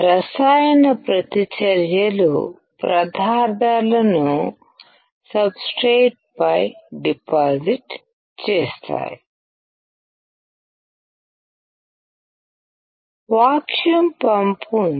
రసాయన ప్రతిచర్యలు పదార్థాలను సబ్ స్ట్రేట్ పై డిపాజిట్ చేస్తాయి వాక్యూమ్ పంప్ ఉంది